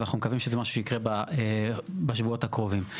אנחנו מקווים שזה משהו שיקרה בשבועות הקרובים.